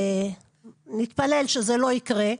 נתפלל שזה לא יקרה.